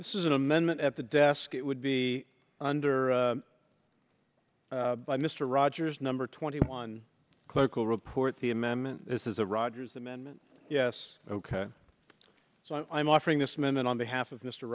this is an amendment at the desk it would be under by mr rogers number twenty one clerical report the amendment this is a rogers amendment yes ok so i'm offering this amendment on behalf of mr